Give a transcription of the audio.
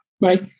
right